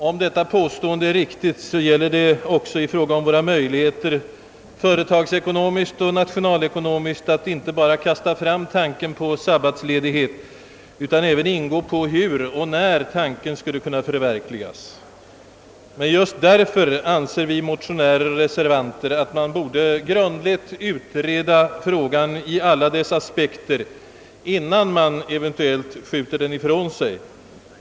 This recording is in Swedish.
Om detta påstående äger någon riktighet, gäller det att trots allt bedöma våra reella möjligheter på längre sikt att — företagsekonomiskt och nationalekonomiskt — både mera allmänt pröva tanken på en sabbatsledighet och hur och när denna tanke skulle kunna förverkligas. Just därför anser vi motionärer och reservanter att man grundligt borde utreda denna fråga i alla dess aspekter, innan man eventuellt skjuter den ifrån sig.